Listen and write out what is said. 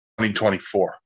2024